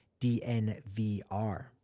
DNVR